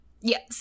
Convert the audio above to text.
Yes